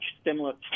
stimulus